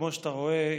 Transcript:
כמו שאתה רואה,